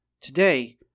Today